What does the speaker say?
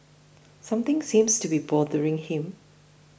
something seems to be bothering him